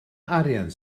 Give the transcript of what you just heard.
arian